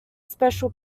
special